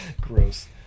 gross